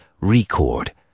record